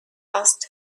asked